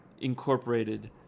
incorporated